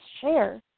share